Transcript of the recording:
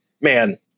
man